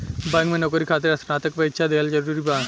Bank में नौकरी खातिर स्नातक के परीक्षा दिहल जरूरी बा?